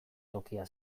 tokia